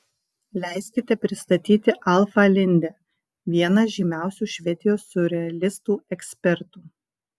leiskite pristatyti alfą lindę vieną žymiausių švedijos siurrealistų ekspertų